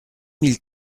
mille